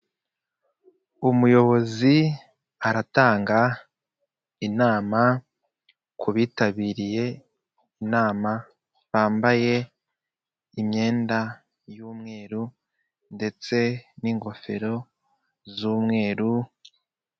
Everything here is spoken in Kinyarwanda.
Umuyobozi aratanga inama ku bitabiriye inama bambaye imyenda y'umweru ndetse n'ingofero z'umweru.